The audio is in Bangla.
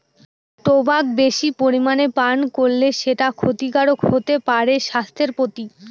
টোবাক বেশি পরিমানে পান করলে সেটা ক্ষতিকারক হতে পারে স্বাস্থ্যের প্রতি